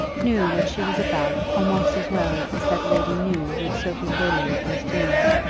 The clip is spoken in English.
knew what she was about almost as well as that lady knew what sophie gordeloup was doing.